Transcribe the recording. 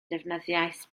defnyddiais